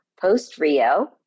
post-Rio